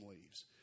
leaves